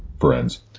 Friends